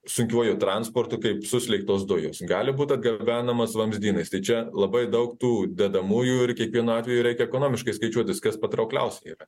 sunkiuoju transportu kaip suslėgtos dujos gali būti atgabenamas vamzdynais tai čia labai daug tų dedamųjų ir kiekvienu atveju reikia ekonomiškai skaičiuotis kas patraukliausia yra